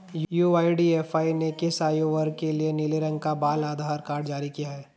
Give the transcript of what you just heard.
UIDAI ने किस आयु वर्ग के लिए नीले रंग का बाल आधार कार्ड जारी किया है?